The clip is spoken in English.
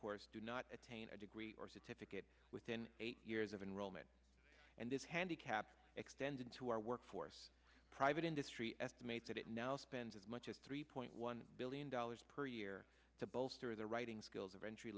course do not attain a degree or certificate within eight years of enrollment and this handicap extends into our work force private industry estimates that it now spends as much as three point one billion dollars per year to bolster the writing skills of entry